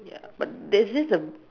ya but there's a